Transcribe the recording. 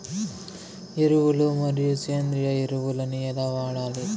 ఎరువులు మరియు సేంద్రియ ఎరువులని ఎలా వాడాలి?